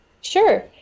Sure